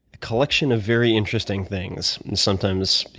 collection of very interesting things sometimes,